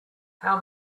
how